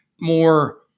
more